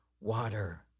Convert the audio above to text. water